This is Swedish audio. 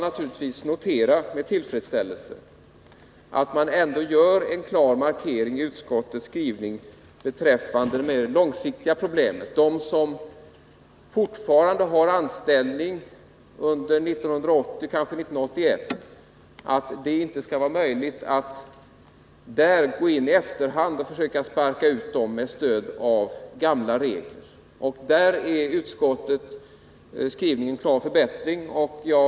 Att utskottet ändå gör en klar markering i sin skrivning beträffande det mer långsiktiga problemet är bra. De människor som fortfarande har anställning under 1980 och kanske 1981 skall inte kunna sparkas ut med stöd av gamla regler. På denna punkt är utskottsskrivningen en klar förbättring av propositionens förslag.